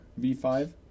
v5